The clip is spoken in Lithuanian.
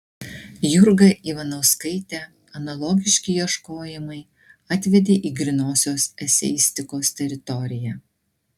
jurgą ivanauskaitę analogiški ieškojimai atvedė į grynosios eseistikos teritoriją